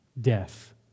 Death